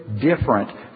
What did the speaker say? different